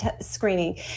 screening